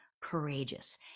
courageous